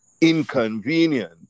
inconvenient